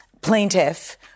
plaintiff